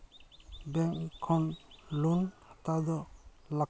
bank ᱠᱷᱚᱱ loan ᱦᱟᱛᱟᱣ ᱫᱚ ᱞᱟᱹᱠᱛᱤ